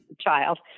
child